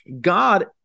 God